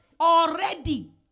Already